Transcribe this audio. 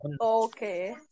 Okay